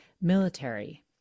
military